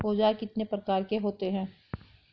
औज़ार कितने प्रकार के होते हैं?